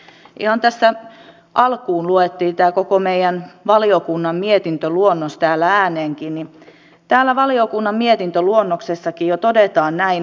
kun ihan tässä alkuun luettiin tämä koko meidän valiokunnan mietintöluonnos täällä ääneenkin niin täällä valiokunnan mietintöluonnoksessakin jo todetaan näin